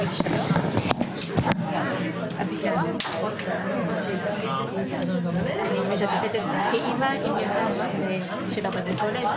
מתחבר אליה ובטח אני לא מתחבר אליה ממקום של חירות הפרט.